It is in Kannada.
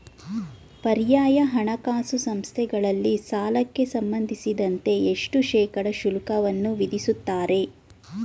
ಪರ್ಯಾಯ ಹಣಕಾಸು ಸಂಸ್ಥೆಗಳಲ್ಲಿ ಸಾಲಕ್ಕೆ ಸಂಬಂಧಿಸಿದಂತೆ ಎಷ್ಟು ಶೇಕಡಾ ಶುಲ್ಕವನ್ನು ವಿಧಿಸುತ್ತಾರೆ?